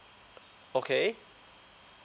okay